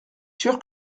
sûr